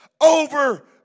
over